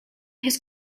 his